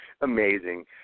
amazing